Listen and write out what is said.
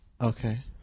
Okay